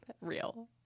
real